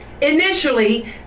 Initially